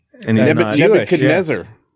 Nebuchadnezzar